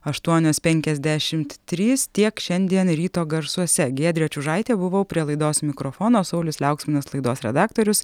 aštuonios penkiasdešimt trys tiek šiandien ryto garsuose giedrė čiužaitė buvau prie laidos mikrofono saulius liauksminas laidos redaktorius